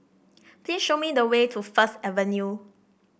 please show me the way to First Avenue